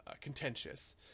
contentious